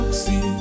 see